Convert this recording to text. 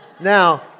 Now